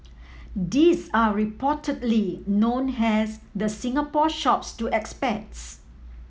these are reportedly known as the Singapore Shops to expats